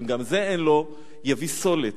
ואם גם זה אין לו, יביא סולת.